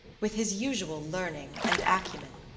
with his usual learning and acumen,